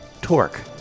Torque